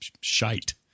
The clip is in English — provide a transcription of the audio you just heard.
shite